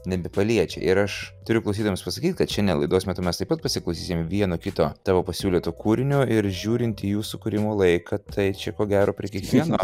nebepaliečia ir aš turiu klausytojams pasakyti kad šiandien laidos metu mes taip pat pasiklausysim vieno kito tavo pasiūlyto kūrinio ir žiūrint į jų sukūrimo laiką tai čia ko gero prie kiekvieno